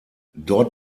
dort